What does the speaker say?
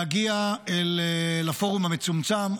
להגיע לפורום המצומצם,